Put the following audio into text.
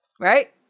Right